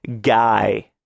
guy